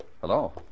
Hello